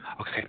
okay